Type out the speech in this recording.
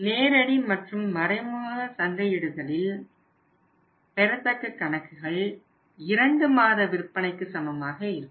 நேரடி மற்றும் மறைமுக சந்தையிடுதலில் பெறத்தக்க கணக்குகள் 2 மாத விற்பனைக்கு சமமாக இருக்கும்